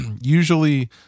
usually